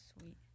sweet